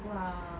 !wah!